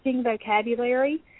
vocabulary